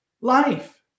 life